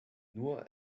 nur